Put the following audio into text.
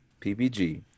PPG